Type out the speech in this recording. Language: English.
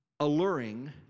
Alluring